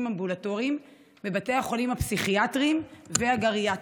אמבולטוריים בבתי החולים הפסיכיאטריים והגריאטריים.